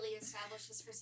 establishes